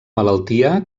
malaltia